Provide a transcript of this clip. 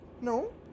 No